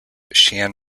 shan